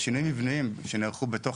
גורם נוסף הוא שינויים מבניים שנערכו בתוך